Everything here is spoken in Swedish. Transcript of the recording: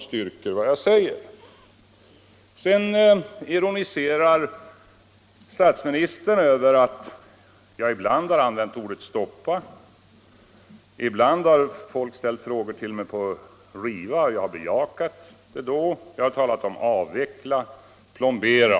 Statsministern ironiserar över att jag ibland använt ordet stoppa, ibland har folk ställt frågor om att riva och jag har bejakat, och ibland har jag talat om avveckla och plombera.